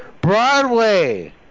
Broadway